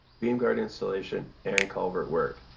beam guard installation and culvert work.